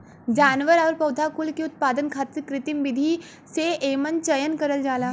जानवर आउर पौधा कुल के उत्पादन खातिर कृत्रिम विधि से एमन चयन करल जाला